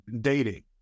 dating